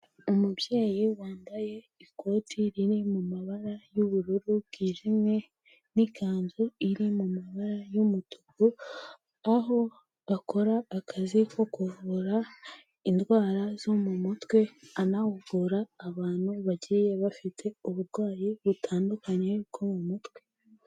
Umubyeyi wambaye ikoti riri mu mabara y'ubururu bwijimye n'ikanzu iri mu mabara y'umutuku, aho akora akazi ko kuvura indwara zo mu mutwe, anahugura abantu bagiye bafite uburwayi butandukanye bwo mu mutwe.